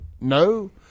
no